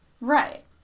right